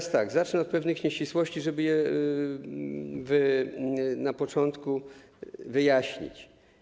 Zacznę od pewnych nieścisłości, żeby je na początku wyjaśnić.